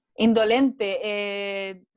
indolente